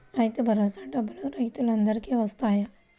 రైతు భరోసా డబ్బులు రైతులు అందరికి వస్తాయా?